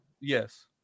Yes